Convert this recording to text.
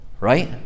Right